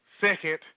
Second